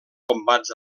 combats